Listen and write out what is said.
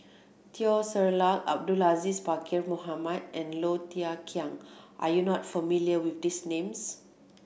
Teo Ser Luck Abdul Aziz Pakkeer Mohamed and Low Thia Khiang are you not familiar with these names